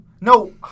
No